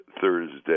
Thursday